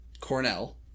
Cornell